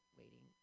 waiting